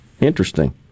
Interesting